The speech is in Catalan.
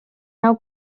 nau